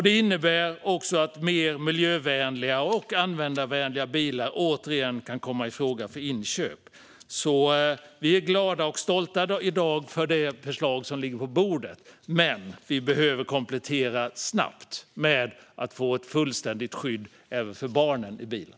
Det innebär också att mer miljövänliga och mer användarvänliga bilar återigen kan komma i fråga för inköp. Vi är i dag glada och stolta över det förslag som ligger på bordet, men förslaget behöver snabbt kompletteras med ett fullständigt skydd även för barnen i bilen.